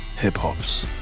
Hip-Hops